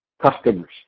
customers